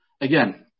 again